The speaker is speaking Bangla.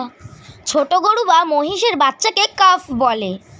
ছোট গরু বা মহিষের বাচ্চাকে কাফ বলে